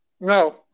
No